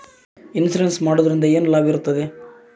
Insurance ಮಾಡೋದ್ರಿಂದ ಏನು ಲಾಭವಿರುತ್ತದೆ?